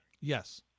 Yes